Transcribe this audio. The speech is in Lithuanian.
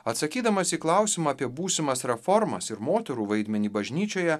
atsakydamas į klausimą apie būsimas reformas ir moterų vaidmenį bažnyčioje